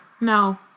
no